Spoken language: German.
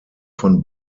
von